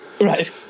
right